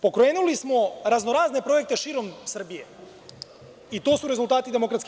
Pokrenuli smo raznorazne projekte širom Srbije i to su rezultati DS.